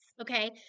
okay